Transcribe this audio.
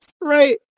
Right